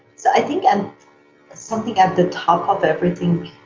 so, i think and something at the top of everything